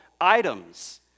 items